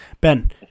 Ben